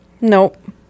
Nope